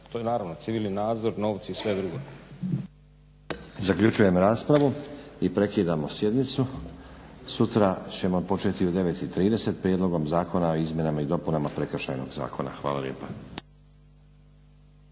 to je naravno. Civilni nadzor, novci i sve drugo. **Stazić, Nenad (SDP)** Zaključujem raspravu i prekidamo sjednicu. Sutra ćemo početi u 9,30 Prijedlogom zakona o izmjenama i dopunama Prekršajnog zakona. Hvala lijepa.